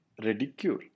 ridicule